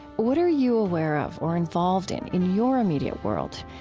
what are you aware of or involved in in your immediate world?